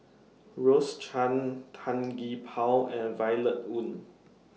Rose Chan Tan Gee Paw and Violet Oon